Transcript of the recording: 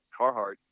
Carhartt